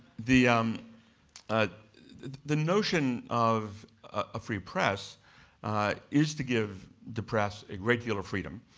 the um ah the notion of a free press is to give the press a regular freedom.